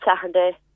Saturday